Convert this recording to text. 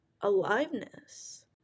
aliveness